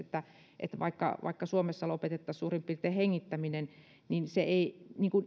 vaikka vaikka suomessa lopetettaisiin suurin piirtein hengittäminen niin se ei